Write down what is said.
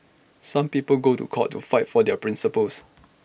some people go to court to fight for their principles